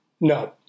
No